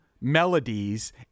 melodies